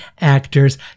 Actors